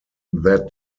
that